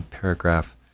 paragraph